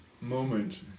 moment